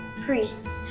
priests